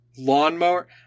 Lawnmower